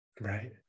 Right